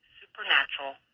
supernatural